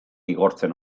igortzen